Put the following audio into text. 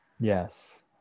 Yes